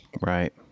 Right